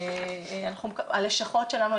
הלשכות שלנו,